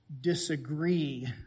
disagree